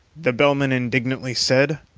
the bellman indignantly said.